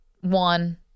one